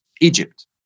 Egypt